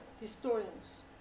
historians